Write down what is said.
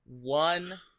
one